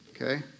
Okay